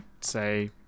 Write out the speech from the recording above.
say